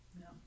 No